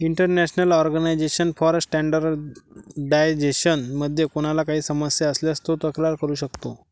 international organization for standardization मध्ये कोणाला काही समस्या असल्यास तो तक्रार करू शकतो